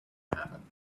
happened